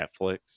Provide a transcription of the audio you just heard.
Netflix